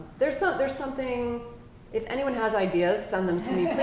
there's so there's something if anyone has ideas, send them to me.